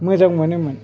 मोजां मोनोमोन